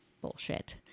bullshit